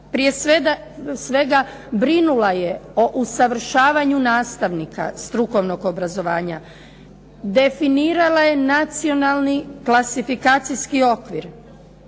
Prije svega, brinula je o usavršavanju nastavnika strukovnog obrazovanja, definirala je nacionalni klasifikacijski okvir,